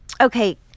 Okay